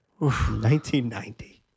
1990